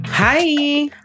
Hi